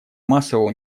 массового